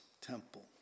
temple